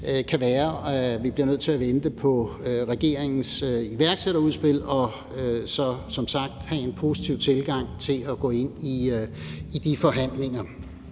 kan være, at vi bliver nødt til at vente på regeringens iværksætterudspil og så som sagt have en positiv tilgang til at gå ind i de forhandlinger.